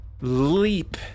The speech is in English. leap